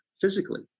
physically